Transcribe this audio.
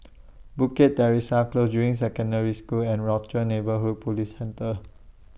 Bukit Teresa Close Juying Secondary School and Rochor Neighborhood Police Centre